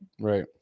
right